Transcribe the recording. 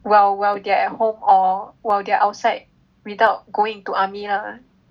while while they are at home or while they are outside without going into army ah